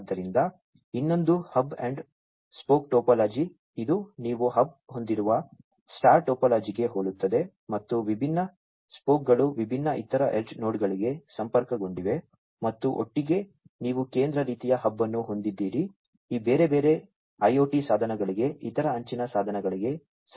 ಆದ್ದರಿಂದ ಇನ್ನೊಂದು hub and spoke topology ಇದು ನೀವು ಹಬ್ ಹೊಂದಿರುವ ಸ್ಟಾರ್ ಟೋಪೋಲಜಿಗೆ ಹೋಲುತ್ತದೆ ಮತ್ತು ವಿಭಿನ್ನ ಸ್ಪೋಕ್ಗಳು ವಿಭಿನ್ನ ಇತರ ಎಡ್ಜ್ ನೋಡ್ಗಳಿಗೆ ಸಂಪರ್ಕಗೊಂಡಿವೆ ಮತ್ತು ಒಟ್ಟಿಗೆ ನೀವು ಕೇಂದ್ರ ರೀತಿಯ ಹಬ್ ಅನ್ನು ಹೊಂದಿದ್ದೀರಿ ಈ ಬೇರೆ ಬೇರೆ IoT ಸಾಧನಗಳಿಗೆ ಇತರ ಅಂಚಿನ ಸಾಧನಗಳಿಗೆ ಸಂಪರ್ಕಿಸುವ ಸಾಧನ